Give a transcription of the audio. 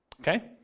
Okay